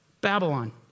Babylon